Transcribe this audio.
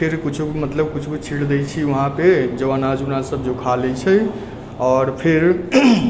फिर कुछो मतलब किछु भी छींट दै छी वहाँपर जो अनाज उनाज सब उ खा लै छै आओर फिर